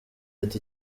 ati